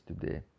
today